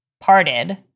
parted